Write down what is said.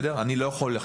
אני לא יכול להיות